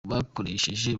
bagakoresheje